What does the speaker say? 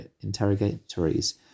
interrogatories